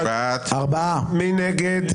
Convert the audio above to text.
מי נגד?